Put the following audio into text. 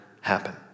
happen